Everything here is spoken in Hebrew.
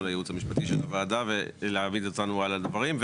לייעוץ המשפטי של הוועדה ולהעמיד אותנו על הדברים.